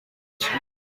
cye